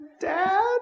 Dad